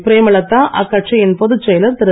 பிரேமலதா அக்கட்சியின் பொதுச்செயலர் திரு